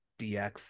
dx